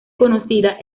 conocida